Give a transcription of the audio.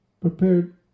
prepared